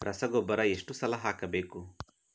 ರಸಗೊಬ್ಬರ ಎಷ್ಟು ಸಲ ಹಾಕಬೇಕು?